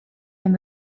him